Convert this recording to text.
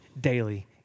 daily